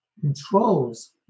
controls